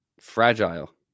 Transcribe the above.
fragile